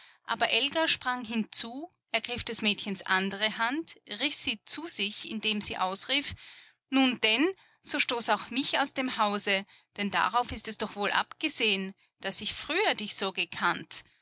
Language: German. aber elga sprang hinzu ergriff des mädchens andere hand riß sie zu sich indem sie ausrief nun denn so stoß auch mich aus dem hause denn darauf ist es doch wohl abgesehen daß ich früher dich so gekannt